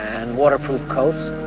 and waterproof coats.